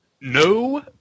No